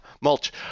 mulch